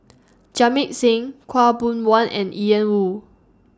Jamit Singh Khaw Boon Wan and Ian Woo